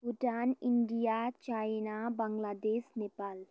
Bhutan India China Bangladesh Nepal